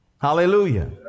Hallelujah